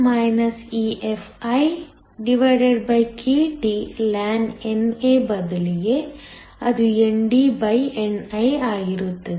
NA ಬದಲಿಗೆ ಅದು NDNi ಆಗಿರುತ್ತದೆ